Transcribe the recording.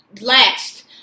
last